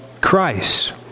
Christ